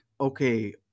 okay